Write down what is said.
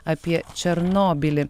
apie černobylį